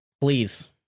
please